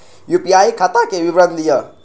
UPI खाता के विवरण दिअ?